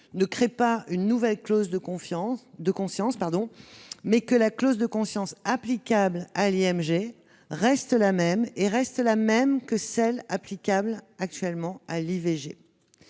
ne crée pas une nouvelle clause de conscience, mais que la clause de conscience applicable à l'IMG reste la même que celle applicable actuellement à l'IVG.